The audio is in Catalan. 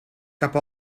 cap